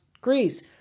Greece